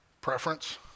preference